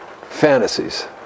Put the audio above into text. fantasies